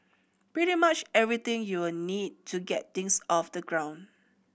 pretty much everything you will need to get things off the ground